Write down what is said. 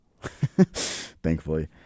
thankfully